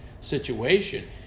situation